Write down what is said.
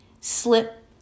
slip